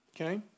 Okay